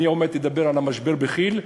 אני עוד מעט אדבר על המשבר בכי"ל,